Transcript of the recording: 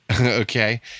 Okay